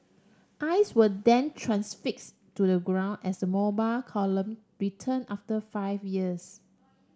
eyes were then transfix to the ground as the Mobile Column return after five years